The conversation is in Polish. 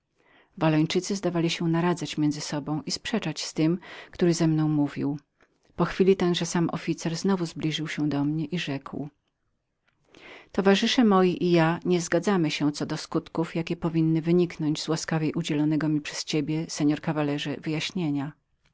wallończycy zdawali się naradzać między sobą i sprzeczać z tym który ze mną mówił po chwili tenże sam officer znowu zbliżył się do mnie i rzekł towarzysze moi i ja nie zgadzamy się nad skutkami jakie powinny wyniknąć z łaskawie udzielonego mi przez ciebie seor caballero objaśnienia